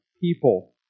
people